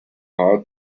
heart